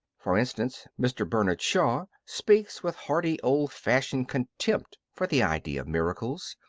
for instance, mr. bernard shaw speaks with hearty old-fashioned contempt for the idea of miracles,